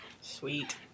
sweet